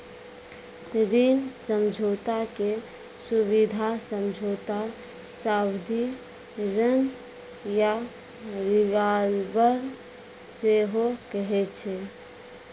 ऋण समझौता के सुबिधा समझौता, सावधि ऋण या रिवॉल्बर सेहो कहै छै